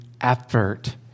effort